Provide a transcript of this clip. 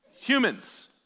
Humans